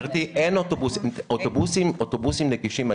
גברתי, אין אוטובוסים נגישים.